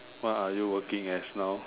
what are you working as now